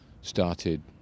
started